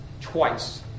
twice